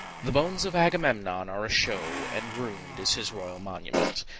the bones of agammemnon are a show, and ruined is his royal monument,